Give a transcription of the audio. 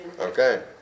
okay